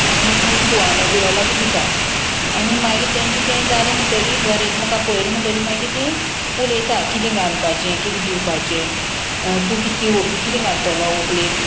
तुवालो बिवालो अशें दितात आनी मागीर तेंचे तें जालें म्हणटरी घर एक म्हाका पयलें म्हणटरी मागीर तीं उलयता किदें घालपाचें किदें दिवपाचें तूं कित कितें घालतलो व्हंकलेक